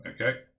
okay